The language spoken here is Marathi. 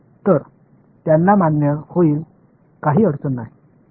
तर त्यांना मान्य होईल काही अडचण नाही